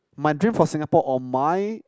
my dream for Singapore or my